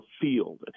field